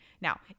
Now